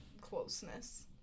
closeness